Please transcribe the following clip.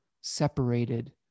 separated